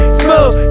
smooth